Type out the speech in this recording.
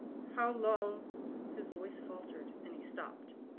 how long his voice faltered, and he stopped.